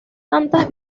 tanto